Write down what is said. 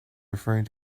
referring